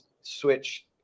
switch